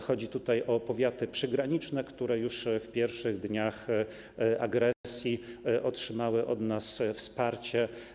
Chodzi tutaj o powiaty przygraniczne, które już w pierwszych dniach agresji otrzymały od nas wsparcie.